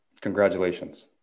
Congratulations